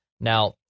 now